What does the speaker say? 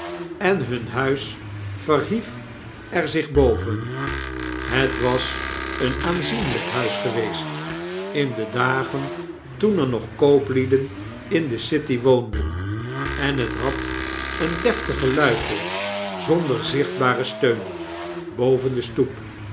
en hun huis verhief er zich boven het was een aanzienlijk huis geweest in de dagen toen er nog kooplieden in de city woonden en het had een deftige luifel zonder zichtbaren steun boven de stoep